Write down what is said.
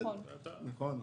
נכון.